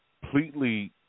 completely